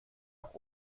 nach